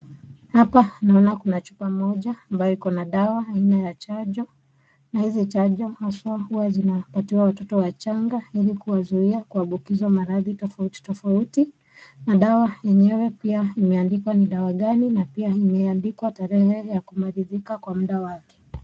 Hapa naona kuna chupa moja ambayo ikona dawa aina ya chanjo na hizi chanjo haswa huwa zinapatiwa watoto wachanga ili kuwazuia kuambukizwa maradhi tofauti tofauti na dawa yenyewe pia imeandikwa ni dawa gani na pia imeandikwa tarehe ya kumalizika kwa muda wake .